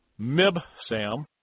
Mibsam